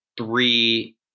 three